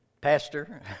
pastor